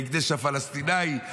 ההקדש הפלסטיני,